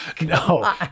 No